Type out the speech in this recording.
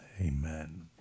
amen